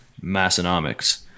Massonomics